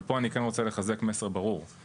אבל פה אני כן רוצה לחזק מסר ברור.